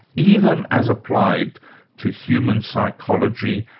even as applied to human psychology,